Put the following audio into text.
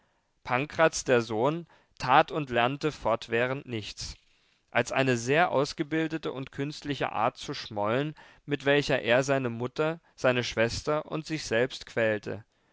pankraz der sohn tat und lernte fortwährend nichts als eine sehr ausgebildete und künstliche art zu schmollen mit welcher er seine mutter seine schwester und sich selbst quälte